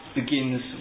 begins